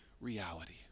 reality